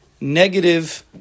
negative